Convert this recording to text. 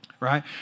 Right